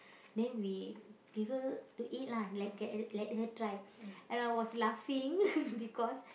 then we give her to eat lah like can let her try and I was laughing because